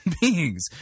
beings